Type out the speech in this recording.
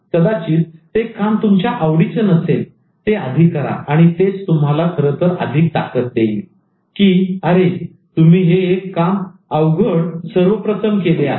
कदाचित ते काम तुमच्या आवडीचे नसेल ते आधी करा आणि तेच तुम्हाला खरंतर अधिक ताकत देईल की अरे तुम्ही हे एक अवघड काम सर्वप्रथम केले आहे